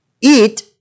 eat